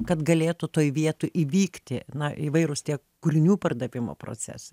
kad galėtų toj vietoj įvykti na įvairūs tie kūrinių pardavimo procesai